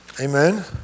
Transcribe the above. Amen